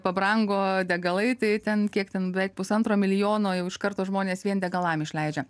pabrango degalai tai ten kiek ten beveik pusantro milijono jau iš karto žmonės vien degalam išleidžia